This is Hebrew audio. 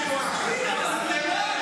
מלוכלך.